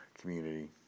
community